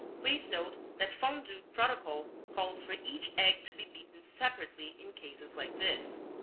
please note that fondue protocol calls for each egg to be beaten separately in cases like this.